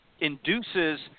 induces